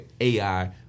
AI